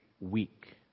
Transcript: Weak